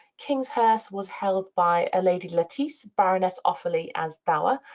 kingshurst was held by a lady lettice, baroness offaly as dower.